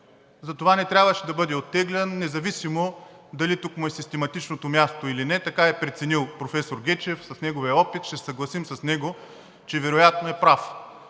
затова не трябваше да бъде оттеглен, независимо дали тук му е систематичното място или не, но така е преценил професор Гечев с неговия опит. Ще се съгласим с него, че вероятно е прав.